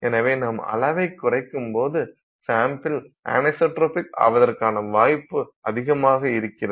எனவே நாம் அளவைக் குறைக்கும்போது சாம்பிள் அன்ஐசோட்ரோபிக் ஆவதற்கான வாய்ப்பு அதிகமாக இருக்கிறது